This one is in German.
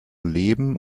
leben